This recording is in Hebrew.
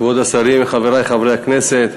כבוד השרים, חברי חברי הכנסת,